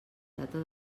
data